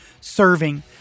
serving